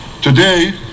Today